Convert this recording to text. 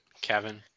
Kevin